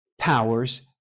powers